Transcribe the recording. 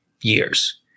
years